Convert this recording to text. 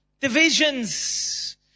divisions